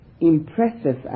impressive